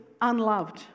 unloved